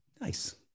Nice